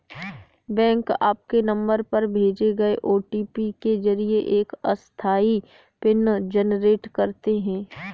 bank आपके number पर भेजे गए ओ.टी.पी के जरिए एक अस्थायी पिन जनरेट करते हैं